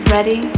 Ready